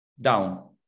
Down